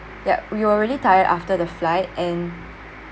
yup we really tired after the flight and